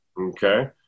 Okay